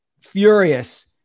furious